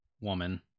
woman